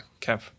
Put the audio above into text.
Kev